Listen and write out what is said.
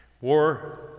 war